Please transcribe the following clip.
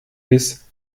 biss